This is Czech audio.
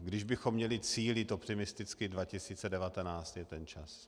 Kdybychom měli cílit optimisticky, 2019 je ten čas.